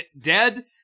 dead-